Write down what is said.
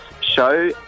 show